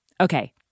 Okay